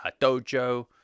Dojo